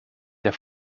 der